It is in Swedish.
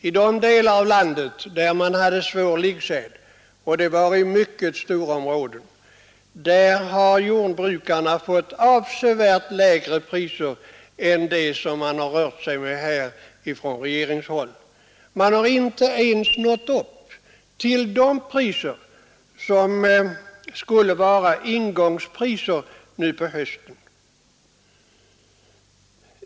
I de delar av landet där man drabbats svårt av liggsäd — och det var i mycket stora områden — har jordbrukarna fått avsevärt lägre priser än vad man rört sig med på regeringshåll. Man har inte ens nått upp till de 177 priser som skulle vara ingångspriser nu på hösten.